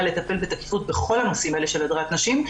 לטפל בתקיפות בכל הנושאים האלה של הדרת נשים.